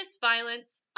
violence